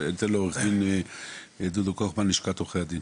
לעו"ד דודו קוכמן, לשכת עורכי הדין.